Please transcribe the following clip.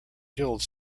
killed